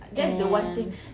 and